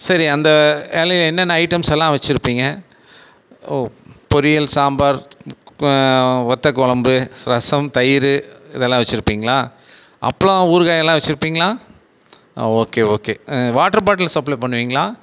சரி அந்த இலையில் என்னென்ன ஐட்டம்ஸ் எல்லாம் வச்சுருப்பிங்க ஓ பொரியல் சாம்பார் வத்த குழம்பு ரசம் தயிர் இதெல்லாம் வச்சுருப்பிங்களா அப்பளம் ஊறுக்காய்ல்லாம் வச்சுருப்பிங்களா okay okay water bottle supply பண்ணுவிங்களா